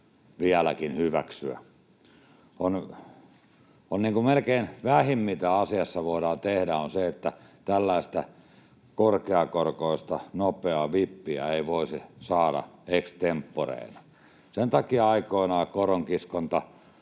laillinen koronkiskonta. Melkein vähintä, mitä asiassa voidaan tehdä, on se, että tällaista korkeakorkoista nopeaa vippiä ei voisi saada ex tempore. Sen takia aikoinaan koronkiskonta